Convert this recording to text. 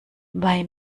bei